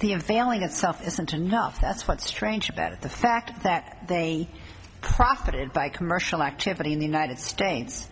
the in failing itself isn't enough that's what's strange about it the fact that they profited by commercial activity in the united states